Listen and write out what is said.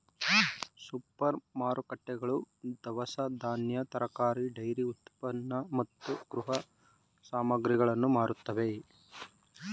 super ಮಾರುಕಟ್ಟೆಗಳು ದವಸ ಧಾನ್ಯ, ತರಕಾರಿ, ಡೈರಿ ಉತ್ಪನ್ನ ಮತ್ತು ಗೃಹ ಸಾಮಗ್ರಿಗಳನ್ನು ಮಾರುತ್ತವೆ